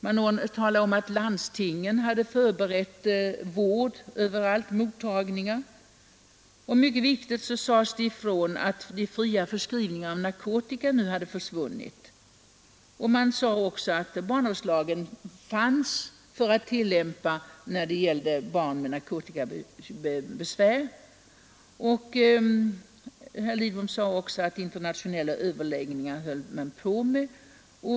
Det talades om att landstingen hade förberett vård på mottagningar överallt. Mycket viktigt var att det sades ifrån att de fria förskrivningarna av narkotika nu hade försvunnit. Man sade att barnavårdslagen kunde tillämpas när det gällde barn med narkotikabesvär. Herr Lidbom framhöll också att man höll på med internationella överläggningar.